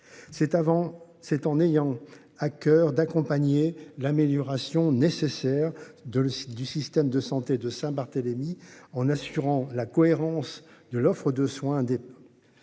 C'est en ayant à coeur d'accompagner l'amélioration nécessaire de le site du système de santé de Saint-Barthélemy en assurant la cohérence de l'offre de soins.